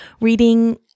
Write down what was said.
reading